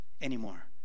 anymore